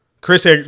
Chris